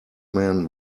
man